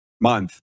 month